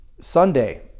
Sunday